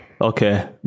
Okay